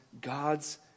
god's